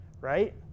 right